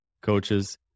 coaches